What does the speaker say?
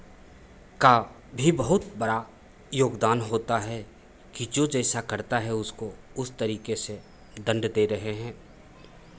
का भी बहुत बड़ा योगदान होता है कि जो जैसा करता है उसको उस तरीके से दण्ड दे रहे हैं